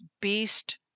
beast